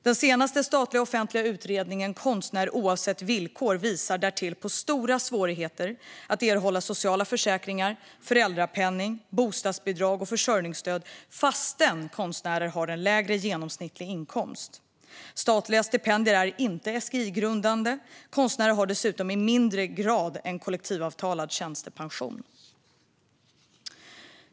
Den senaste statliga offentliga utredningen, Konstnär - oavsett villkor? , visar därtill att konstnärer har stora svårigheter att erhålla sociala försäkringar, föräldrapenning, bostadsbidrag och försörjningsstöd trots att de har en lägre genomsnittlig inkomst. Statliga stipendier är inte SGI-grundande. Konstnärer har dessutom i mindre grad en kollektivavtalad tjänstepension.